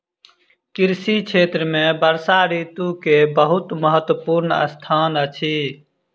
कृषि क्षेत्र में वर्षा ऋतू के बहुत महत्वपूर्ण स्थान अछि